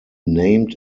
named